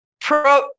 pro